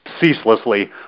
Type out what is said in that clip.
ceaselessly